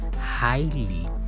highly